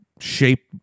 shape